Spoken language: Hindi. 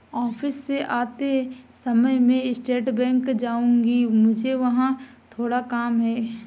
ऑफिस से आते समय मैं स्टेट बैंक जाऊँगी, मुझे वहाँ थोड़ा काम है